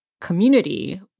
community